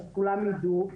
אז כולם ידעו.